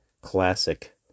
classic